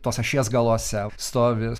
tos ašies galuose stovi